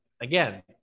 again